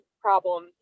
problem